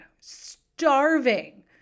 Starving